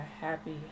happy